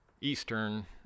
eastern